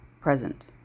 present